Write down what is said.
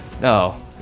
No